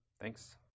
Thanks